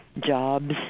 jobs